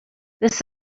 this